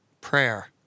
prayer